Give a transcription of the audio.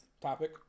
topic